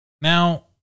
Now